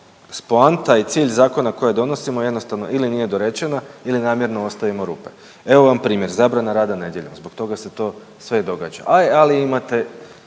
poanta i cilj zakona kojeg donosimo jednostavno ili nije dorečena ili namjerno ostavimo rupe. Evo vam primjer zabrana rada nedjeljom, zbog toga se to sve i događa, ali imate